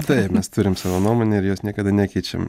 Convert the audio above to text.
taip mes turim savo nuomonę ir jos niekada nekeičiam